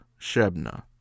Shebna